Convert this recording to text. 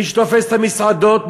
מי שתופס את המסעדות,